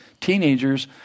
teenagers